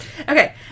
Okay